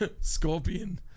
Scorpion